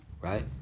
right